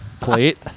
plate